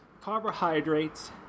carbohydrates